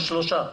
שלושה חודשים.